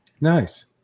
Nice